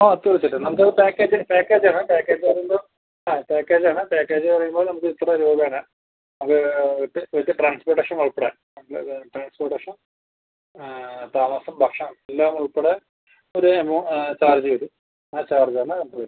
ആ തീർച്ചയായിട്ടും നമുക്ക് അത് പാക്കേജ് പാക്കേജ് ആണ് പാക്കേജ് പറയുമ്പോൾ ആ പാക്കേജ് ആണ് പാക്കേജ് പറയുമ്പോൾ നമുക്ക് ഇത്ര രൂപ ആണ് നമുക്ക് വിത്ത് വിത്ത് ട്രാൻസ്പോർട്ടേഷൻ ഉൾപ്പെടെ അതായത് ട്രാൻസ്പോർട്ടേഷൻ താമസം ഭക്ഷണം എല്ലാം ഉൾപ്പെടെ ഒരു എമൗ ചാർജ് വരും ആ ചാർജ് ആണ് നമുക്ക് വരുക